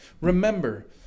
Remember